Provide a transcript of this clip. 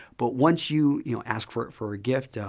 but once you, you know, ask for for a gift,